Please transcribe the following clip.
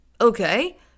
Okay